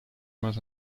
más